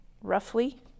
roughly